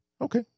okay